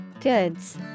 Goods